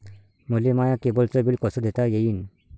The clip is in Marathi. मले माया केबलचं बिल कस देता येईन?